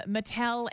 Mattel